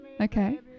Okay